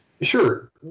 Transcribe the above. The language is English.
Sure